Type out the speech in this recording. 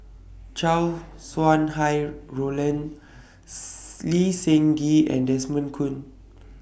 Chow Sau Hai Roland Lee Seng Gee and Desmond Kon